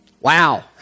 Wow